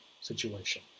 situation